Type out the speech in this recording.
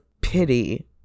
pity